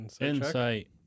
insight